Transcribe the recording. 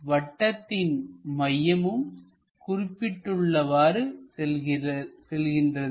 வட்டத்தின் மையமும் குறிப்பிட்டுள்ளவாறு செல்கிறது